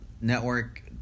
Network